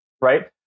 right